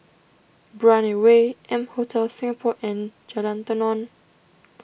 Brani Way M Hotel Singapore and Jalan Tenon